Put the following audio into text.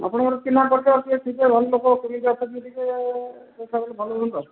ଆପଣଙ୍କର ଚିହ୍ନା ପରିଚୟ କିଏ ଥିବେ ଭଲ ଲୋକ କେମିତି ଅଛନ୍ତି ଟିକେ ପଚାରିଲେ ଭଲ ହୁଅନ୍ତା